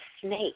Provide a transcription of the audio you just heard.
snake